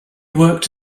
worked